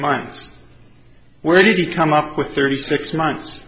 months where did it come up with thirty six months